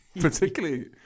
Particularly